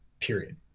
period